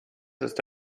ist